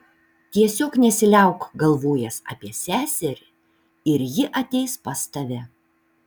tiesiog nesiliauk galvojęs apie seserį ir ji ateis pas tave